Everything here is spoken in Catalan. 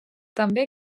també